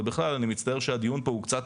ובכלל אני מצטער שהדיון פה הוא קצת,